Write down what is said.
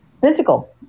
physical